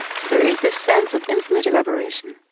so there is this sense of infinite elaboration